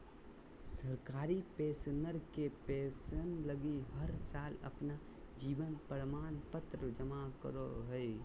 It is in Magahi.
सरकारी पेंशनर के पेंसन लगी हर साल अपन जीवन प्रमाण पत्र जमा करो हइ